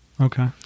Okay